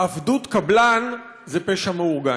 עבדות קבלן זה פשע מאורגן.